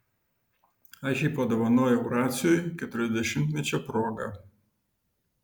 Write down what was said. aš jį padovanojau raciui keturiasdešimtmečio proga